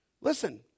Listen